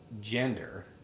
gender